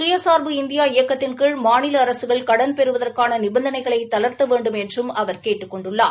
சுயசார்பு இந்தியா இயக்கத்தின் கீழ் மாநில அரசுகள் கடன் பெறுவதற்கான நிபந்தளைகளை தளர்த்த வேண்டும் என்றும் அவர் கேட்டுக் கொண்டுள்ளார்